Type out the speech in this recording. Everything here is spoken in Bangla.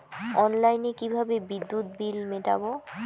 অনলাইনে কিভাবে বিদ্যুৎ বিল মেটাবো?